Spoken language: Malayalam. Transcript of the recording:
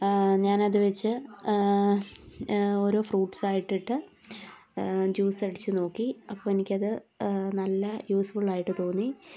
ഞാനത് വെച്ച് ഓരോ ഫ്രൂട്ട്സ് ആയിട്ടിട്ട് ജ്യൂസ് അടിച്ച് നോക്കി അപ്പോൾ എനിക്കത് നല്ല യൂസ്ഫുൾ ആയിട്ട് തോന്നി